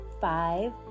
five